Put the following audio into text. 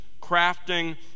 crafting